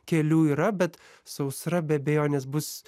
kelių yra bet sausra be abejonės bus